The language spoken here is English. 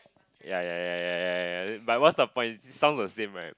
ya ya ya ya ya but what's the point sounds the same right